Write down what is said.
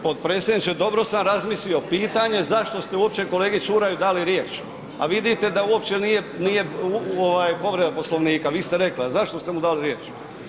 Potpredsjedniče dobro sam razmislio, pitanje je zašto ste uopće kolegi Ćuraju dali riječ, a vidite da uopće nije, nije ovaj povreda Poslovnika, vi ste rekli, a zašto ste mu dali riječ?